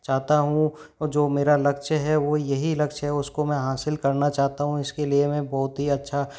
चाहता हूँ और जो मेरा लक्ष्य है वो यही लक्ष्य है उसको मैं हासिल करना चाहता हूँ इसके लिए मैं बहुत ही अच्छा